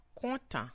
Content